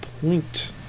point